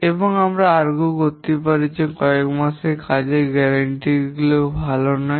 এবং আমরা তর্ক করতে পারি যে কয়েক মাসের কাজের দানাদারতা ভাল নয়